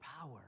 power